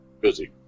busy